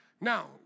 Now